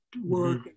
work